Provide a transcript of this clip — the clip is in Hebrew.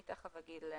אני תיכף אגיד למה.